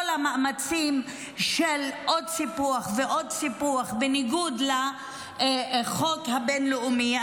כל המאמצים של עוד סיפוח ועוד סיפוח בניגוד לחוק הבין-לאומי,